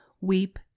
weep